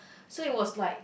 so it was like